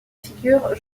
figure